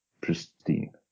pristine